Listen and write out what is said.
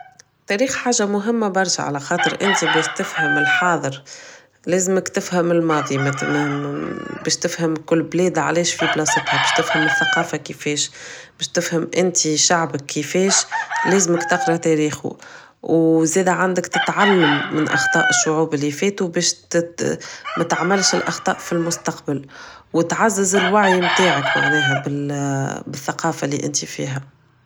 التاريخ حاجة مهمة برشا على خاطر انت باش تفهم الحاضر لازمك تفهم الماضي بش تفهم كل بلاد علاش في بلاصتهم بش تفهم الثقافة كيفاش بش تفهم انت شعبك كيفاش لازمك تقرا تاريخو و زادا عندك تتعلم من اخطاء الشعوب اللي فاتو باش متعملش الاخطاء في المستقبل و تعزز الوعي متاعك معناها بالثقافة اللي انت فيها